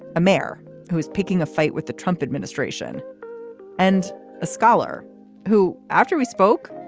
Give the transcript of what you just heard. a mayor who is picking a fight with the trump administration and a scholar who, after we spoke,